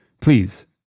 Please